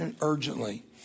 urgently